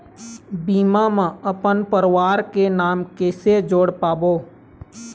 बीमा म अपन परवार के नाम किसे जोड़ पाबो?